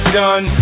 done